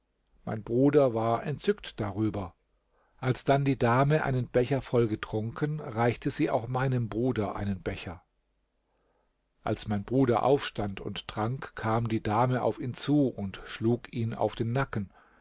mein bruder war entzückt darüber als dann die dame einen becher voll getrunken reichte sie auch meinem bruder einen becher als mein bruder aufstand und trank kam die dame auf ihn zu und schlug ihn auf den nacken